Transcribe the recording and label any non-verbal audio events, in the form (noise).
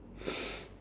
(noise)